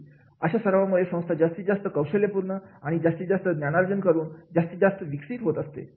आणि अशा सरावामुळे संस्था जास्तीत जास्त कौशल्यपूर्वक आणि जास्तीत जास्त ज्ञानार्जन करून जास्तीत जास्त विकसित होत असते